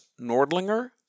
nordlinger